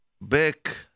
back